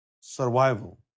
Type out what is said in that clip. survival